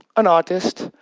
an artist,